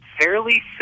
fairly